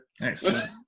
Excellent